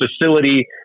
facility